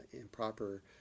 improper